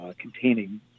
containing